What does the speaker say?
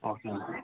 okay